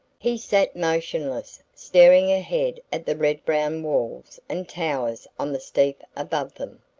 he sat motionless, staring ahead at the red-brown walls and towers on the steep above them.